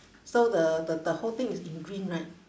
so the the the whole thing is in green right